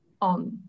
on